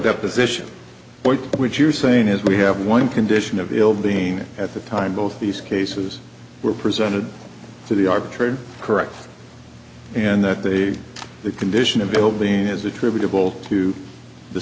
deposition point which you're saying is we have one condition of ill being at the time both these cases were presented to the arbitrator correct and that the condition of bill being is attributable to the